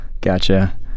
Gotcha